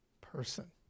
person